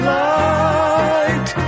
light